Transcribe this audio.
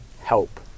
help